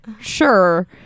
sure